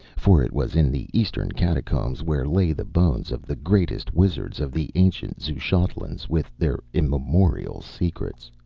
for it was in the eastern catacombs where lay the bones of the greatest wizards of the ancient xuchotlans, with their immemorial secrets.